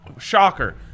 shocker